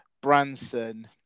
branson